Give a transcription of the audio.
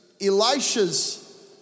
Elisha's